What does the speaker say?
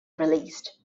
released